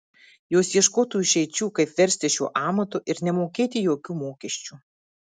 jos ieškotų išeičių kaip verstis šiuo amatu ir nemokėti jokių mokesčių